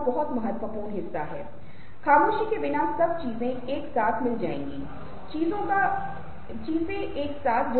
अन्य महत्वपूर्ण मुद्दों में से समरूपता और विषमता की अवधारणा को इंगित करने की आवश्यकता है